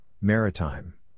Maritime